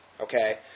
okay